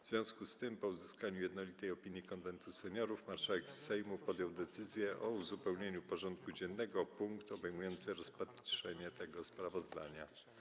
W związku z tym, po uzyskaniu jednolitej opinii Konwentu Seniorów, marszałek Sejmu podjął decyzję o uzupełnieniu porządku dziennego o punkt obejmujący rozpatrzenie tego sprawozdania.